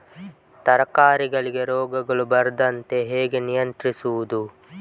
ತರಕಾರಿಗಳಿಗೆ ರೋಗಗಳು ಬರದಂತೆ ಹೇಗೆ ನಿಯಂತ್ರಿಸುವುದು?